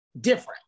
different